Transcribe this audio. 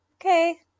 okay